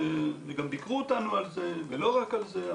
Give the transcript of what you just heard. וגם ביקרו אותנו על זה ולא רק על זה.